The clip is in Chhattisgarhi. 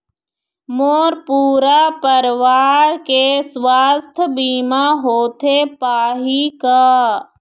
मोर पूरा परवार के सुवास्थ बीमा होथे पाही का?